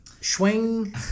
Swing